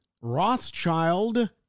Rothschild